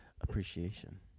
appreciation